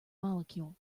molecule